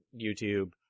YouTube